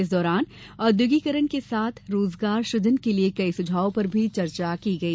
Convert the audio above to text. इस दौरान औद्योगिकीकरण के साथ रोजगार सृजन के लिये कई सुझावों पर भी चर्चा की गई